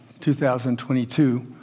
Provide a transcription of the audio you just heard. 2022